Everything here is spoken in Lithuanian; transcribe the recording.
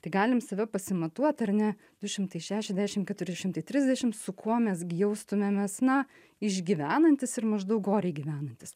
tai galim save pasimatuot ar ne du šimtai šešiasdešim keturi šimtai trisdešim su kuo mes gi jaustumėmės na išgyvenantys ir maždaug oriai gyvenantys